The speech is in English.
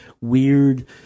weird